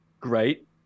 Great